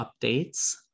updates